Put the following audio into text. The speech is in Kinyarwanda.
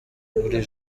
buri